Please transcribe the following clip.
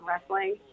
wrestling